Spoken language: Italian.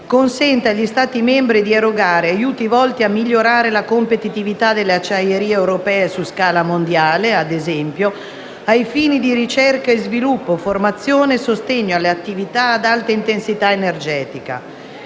consente agli Stati membri di erogare aiuti volti a migliorare la competitività delle acciaierie europee su scala mondiale, ad esempio, ai fini di ricerca e sviluppo, formazione e sostegno alle attività ad alta intensità energetica.